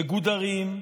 מגודרים,